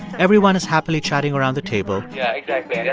everyone is happily chatting around the table yeah, exactly.